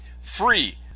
free